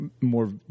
more